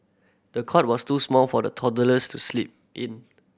the cot was too small for the toddlers to sleep in